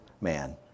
man